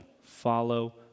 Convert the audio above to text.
follow